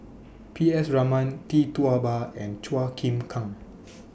P S Raman Tee Tua Ba and Chua Chim Kang